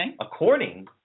according